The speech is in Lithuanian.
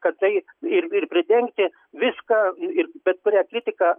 kad tai ir ir pridengti viską ir bet kurią kritiką